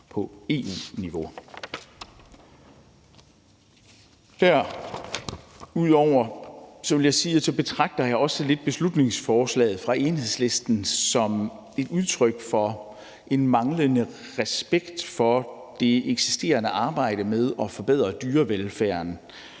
lidt betragter beslutningsforslaget fra Enhedslisten som et udtryk for en manglende respekt for det eksisterende arbejde med at forbedre dyrevelfærden